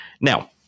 Now